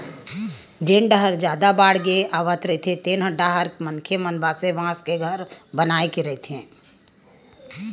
जेन डाहर जादा बाड़गे आवत रहिथे तेन डाहर के मनखे मन बासे बांस के घर बनाए के रहिथे